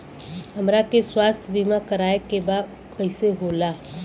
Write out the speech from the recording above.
हमरा के स्वास्थ्य बीमा कराए के बा उ कईसे होला?